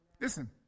Listen